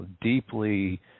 deeply